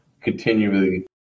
continually